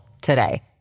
today